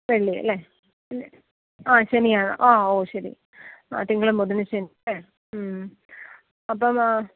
വെള്ളി അല്ലേ ആ ശനി ആ ഓ ശരി ആ തിങ്കളും ബുധനും ശനി അല്ലേ മ്മ് അപ്പോൾ